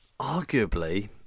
arguably